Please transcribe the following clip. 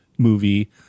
movie